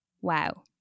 Wow